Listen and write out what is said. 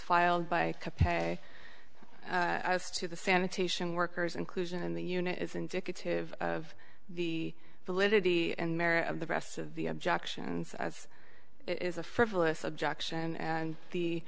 filed by to pay to the sanitation workers inclusion in the unit is indicative of the validity and merit of the rest of the objections as it is a frivolous objection and the